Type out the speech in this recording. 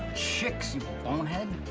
chicks, you bonehead.